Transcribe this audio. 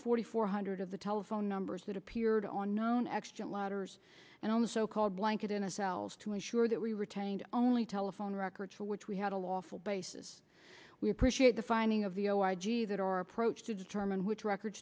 forty four hundred of the telephone numbers that appeared on non extant letters and on the so called blanket in a cells to ensure that we retained only telephone records for which we had a lawful basis we appreciate the finding of the o y g that our approach to determine which record